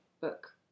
book